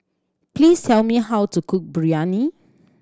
please tell me how to cook Biryani